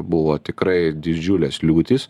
buvo tikrai didžiulės liūtys